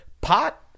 Pot